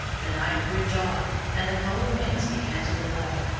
the night grew dark, and the cold winds began to blow.